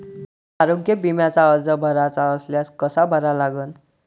मले आरोग्य बिम्याचा अर्ज भराचा असल्यास कसा भरा लागन?